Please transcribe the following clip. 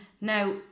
Now